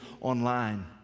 online